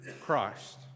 Christ